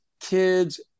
kids